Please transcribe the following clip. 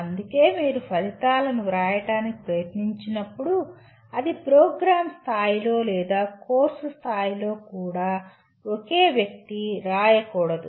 అందుకే మీరు ఫలితాలను వ్రాయడానికి ప్రయత్నించినప్పుడు అది ప్రోగ్రామ్ స్థాయిలో లేదా కోర్సు స్థాయిలో కూడా ఒకే వ్యక్తి రాయకూడదు